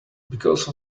because